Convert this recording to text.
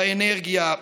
באנרגיה,